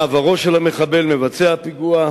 מה עברו של המחבל מבצע הפיגוע,